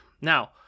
Now